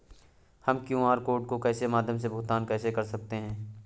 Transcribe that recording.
हम QR code के माध्यम से भुगतान कैसे कर सकते हैं?